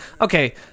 okay